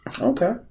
Okay